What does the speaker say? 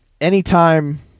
anytime